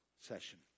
session